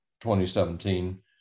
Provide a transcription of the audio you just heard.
2017